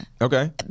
Okay